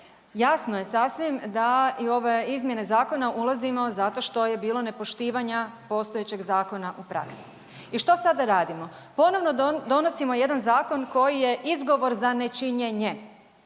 jasno je sasvim da i u ove izmjene zakona ulazimo zato što je bilo nepoštivanje postojećeg zakona u praksi. I što sada radimo? Ponovno donosimo jedan zakon koji je izgovor za nečinjenje.